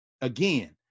again